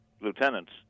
lieutenants